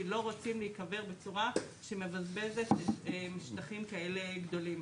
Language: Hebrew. כי לא רוצים להיקבר בצורה שמבזבזת שטחים כאלה גדולים.